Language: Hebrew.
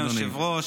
אדוני היושב-ראש,